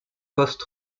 post